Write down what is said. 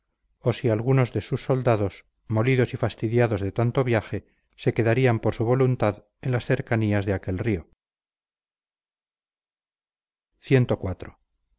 o si algunos de sus soldados molidos y fastidiados de tanto viaje se quedarían por su voluntad en las cercanías de aquel río